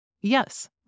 Yes